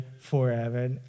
forever